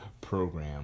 program